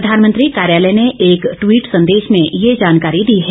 प्रधानमंत्री कार्यालय ने एक द्वीट संदेश में यह जानकारी दी है